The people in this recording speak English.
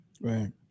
Right